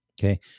Okay